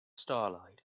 starlight